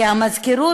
כי המזכירות,